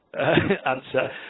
answer